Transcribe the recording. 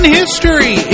history